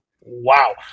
wow